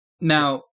now